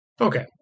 Okay